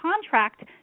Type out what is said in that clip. contract